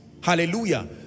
Hallelujah